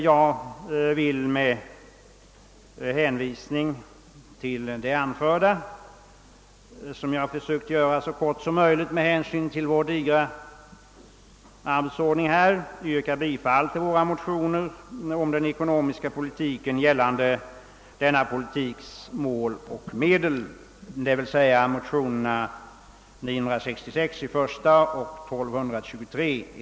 Jag vill med hänvisning till det anförda — som jag försökt göra så kort som möjligt med tanke på vår digra arbetsordning — yrka bifall till våra motioner om den ekonomiska politikens mål och medel, d. v. s. motionerna I: 966 och II: 1223.